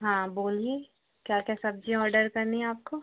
हाँ बोलिए क्या क्या सब्ज़ियाँ ऑर्डर करनी है अपको